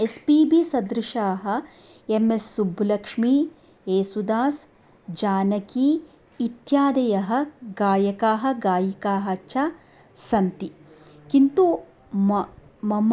S P B सदृशः MS Subbulakshmi येसुदासः जानकी इत्यादयः गायकाः गायिकाः च सन्ति किन्तु म मम